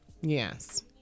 Yes